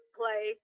play